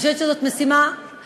אני חושבת שזו משימה חשובה,